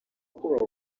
kubaha